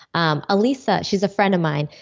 um alisa, she's a friend of mine,